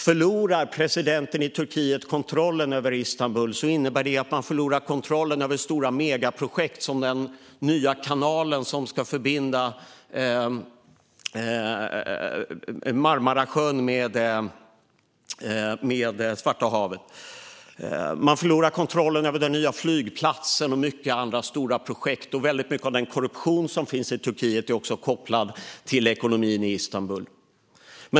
Förlorar presidenten i Turkiet kontrollen över Istanbul innebär det att man förlorar kontrollen över megaprojekt, som den nya kanal som ska förbinda Marmarasjön med Svarta havet. Man förlorar kontrollen över den nya flygplatsen och många andra stora projekt. Väldigt mycket av den korruption som finns i Turkiet är också kopplad till ekonomin i Istanbul.